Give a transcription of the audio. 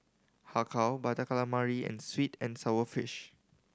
Har Kow Butter Calamari and sweet and sour fish